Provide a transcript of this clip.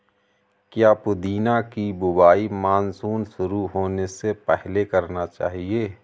क्या पुदीना की बुवाई मानसून शुरू होने से पहले करना चाहिए?